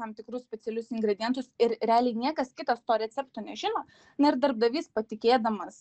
tam tikrus specialius ingredientus ir realiai niekas kitas to recepto nežino na ir darbdavys patikėdamas